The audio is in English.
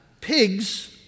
pigs